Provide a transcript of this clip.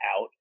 out